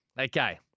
Okay